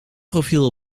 profiel